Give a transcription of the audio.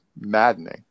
maddening